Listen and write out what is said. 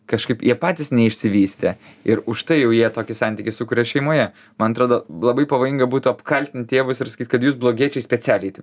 kažkaip jie patys neišsivystę ir už tai jau jie tokį santykį sukuria šeimoje man atrodo labai pavojinga būtų apkaltint tėvus ir sakyt kad jūs blogiečiai specialiai tai